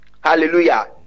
Hallelujah